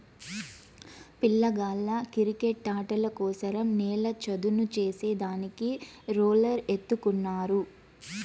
పిల్లగాళ్ళ కిరికెట్టాటల కోసరం నేల చదును చేసే దానికి రోలర్ ఎత్తుకున్నారు